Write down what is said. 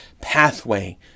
pathway